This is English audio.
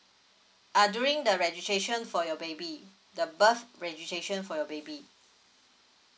uh during the registration for your baby the birth registration for your baby